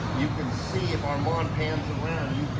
you can see if armand pans around,